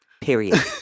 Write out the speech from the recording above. period